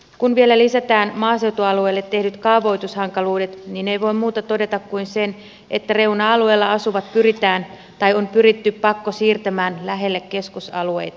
kun vielä lisätään maaseutualueille tehdyt kaavoitushankaluudet niin ei voi muuta todeta kuin sen että reuna alueilla asuvat pyritään tai on pyritty pakkosiirtämään lähelle keskusalueita